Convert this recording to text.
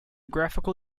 graphical